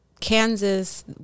Kansas